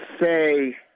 say